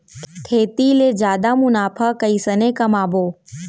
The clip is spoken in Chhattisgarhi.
खेती ले जादा मुनाफा कइसने कमाबो?